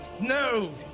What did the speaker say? No